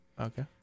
Okay